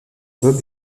bob